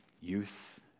youth